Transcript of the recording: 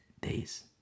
days